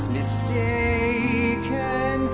mistaken